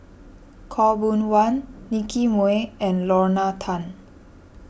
Khaw Boon Wan Nicky Moey and Lorna Tan